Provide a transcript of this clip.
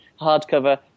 hardcover